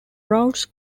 routes